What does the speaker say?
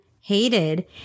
hated